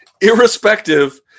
irrespective